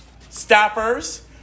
staffers